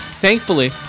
thankfully